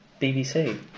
BBC